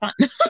fun